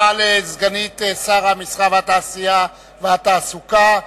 תודה לסגנית שר המסחר, התעשייה והתעסוקה.